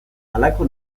halako